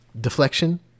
Deflection